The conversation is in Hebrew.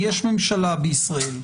יש ממשלה בישראל.